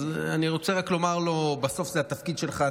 אז אני רק רוצה לומר לו: בסוף זה התפקיד שלך.